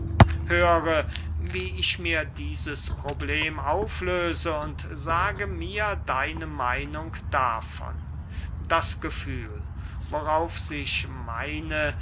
höre wie ich mir dieses problem auflöse und sage mir deine meinung davon das gefühl worauf sich meine